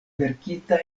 verkita